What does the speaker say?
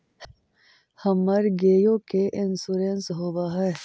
हमर गेयो के इंश्योरेंस होव है?